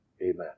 Amen